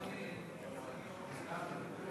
תפסיקי אותי רק אם אני מפריע לו.